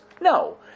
No